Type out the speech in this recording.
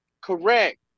correct